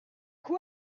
quoi